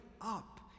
up